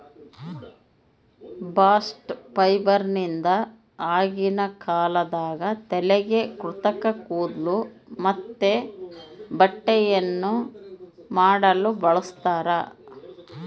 bast ಫೈಬರ್ನಿಂದ ಆಗಿನ ಕಾಲದಾಗ ತಲೆಗೆ ಕೃತಕ ಕೂದ್ಲು ಮತ್ತೆ ಬಟ್ಟೆಯನ್ನ ಮಾಡಲು ಬಳಸ್ತಾರ